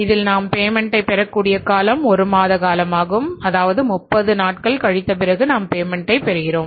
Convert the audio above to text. இதில் நாம் பேமென்ட்டை பெறக்கூடிய காலம் ஒரு மாத காலம் ஆகும் அதாவது 30 நாட்கள் கழிந்த பிறகு நாம் பேமென்ட்டை பெறுகிறோம்